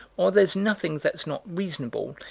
or there's nothing that's not reasonable,